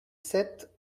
sept